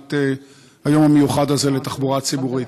את היום המיוחד הזה לתחבורה ציבורית.